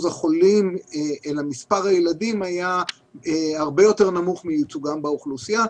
החולים היה הרבה יותר נמוך מייצוגם באוכלוסייה.